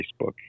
Facebook